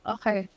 Okay